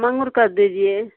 मांगुर कर दीजिए